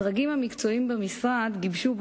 הדרגים המקצועיים במשרד גיבשו,